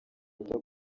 wita